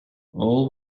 all